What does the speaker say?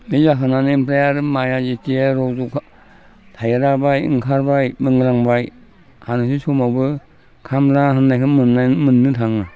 बे जाखांनानै ओमफ्राय आरो माइआ जितिया रज' थायराबाय ओंखारबाय मोनहांबाय हानोसै समावबो खामला होननायखौ मोननो थाङा